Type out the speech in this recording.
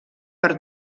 per